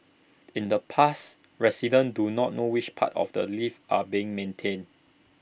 in the past residents do not know which parts of the lift are being maintained